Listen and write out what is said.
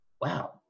wow